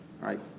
right